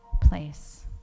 place